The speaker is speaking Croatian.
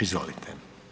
Izvolite.